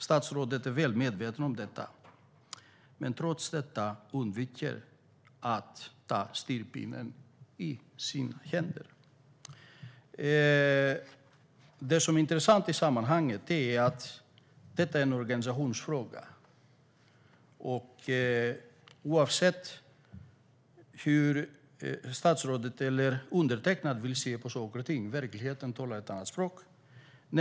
Statsrådet är väl medveten om detta men undviker trots det att ta styrpinnen i sina händer. Det som är intressant i sammanhanget är att det är en organisationsfråga. Oavsett hur statsrådet eller undertecknad vill se på saker och ting talar verkligheten ett annat språk.